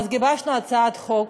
אז גיבשנו הצעת חוק